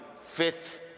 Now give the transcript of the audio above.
fifth